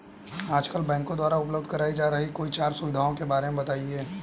आजकल बैंकों द्वारा उपलब्ध कराई जा रही कोई चार सुविधाओं के बारे में बताइए?